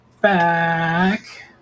back